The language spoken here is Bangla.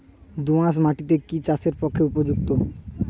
দোআঁশ মাটি কি চাষের পক্ষে উপযুক্ত?